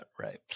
Right